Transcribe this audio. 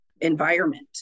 environment